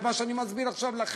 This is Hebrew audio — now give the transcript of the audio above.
את מה שאני מסביר עכשיו לכם,